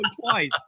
twice